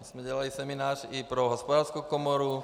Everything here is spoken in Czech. My jsme dělali seminář i pro Hospodářskou komoru.